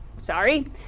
sorry